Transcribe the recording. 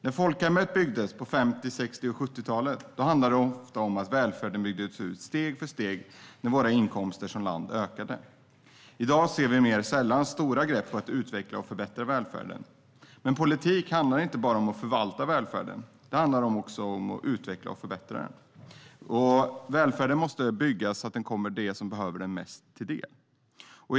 När folkhemmet byggdes på 50, 60 och 70-talen handlade det ofta om att välfärden byggdes ut steg för steg när landets inkomster ökade. I dag ser vi mer sällan stora grepp för att utveckla och förbättra välfärden. Men politik handlar inte bara om att förvalta välfärden, utan det handlar också om att utveckla och förbättra den. Välfärden måste byggas så att den kommer dem som behöver den mest till del.